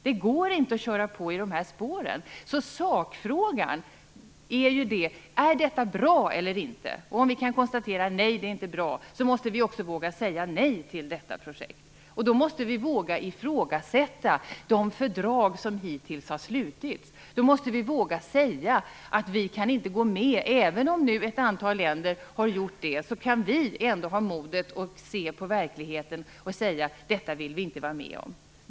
Det går inte att köra på i de här spåren. Sakfrågan är om detta är bra eller inte. Om vi kan konstatera att det inte är bra måste vi också våga säga nej till detta projekt. Vi måste våga ifrågasätta de fördrag som hittills har slutits. Vi måste våga säga att vi inte kan gå med. Även om ett antal länder har gjort det, kan vi ändå har modet att se verkligheten och säga: Detta vill vi inte vara med om!